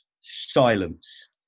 Silence